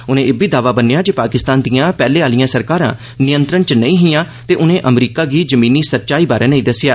उनें इब्बी दावा बन्नष्टा ज पाकिस्तान दियां पैहल आलियां सरकारां नियंत्रण च नई हियां तथ उनें अमरीका गी जमीनी सच्चाई बारै नेई दस्सक्षा